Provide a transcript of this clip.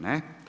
Ne.